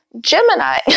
Gemini